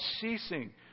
ceasing